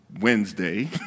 Wednesday